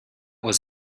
was